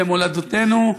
למולדתנו,